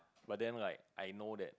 but then like I know that